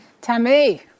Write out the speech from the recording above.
Tammy